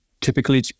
typically